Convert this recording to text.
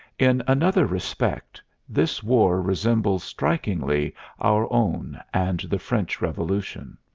in another respect this war resembles strikingly our own and the french revolution.